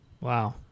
Wow